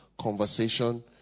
conversation